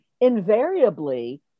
invariably